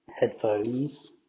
headphones